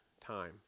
time